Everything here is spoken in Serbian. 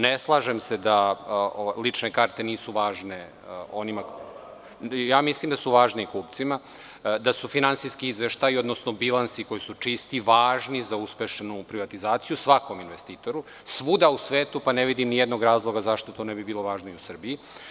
Ne slažem se da lične karte nisu važne i mislim da su važne kupcima, da su finansijski izveštaji, odnosno bilansi koji su čisti važni za uspešnu privatizaciju svakom investitoru, svuda u svetu, pa ne vidim nijedan razlog zašto to ne bi bilo važno i u Srbiji.